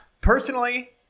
Personally